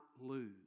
lose